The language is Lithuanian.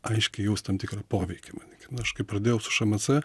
aiškiai jaust tam tikrą poveikį manykim nu aš kai pradėjau su šmc